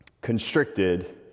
constricted